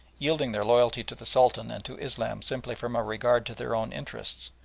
yielding their loyalty to the sultan and to islam simply from a regard to their own interests,